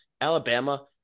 Alabama